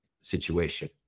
situation